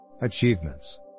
Achievements